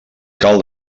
cal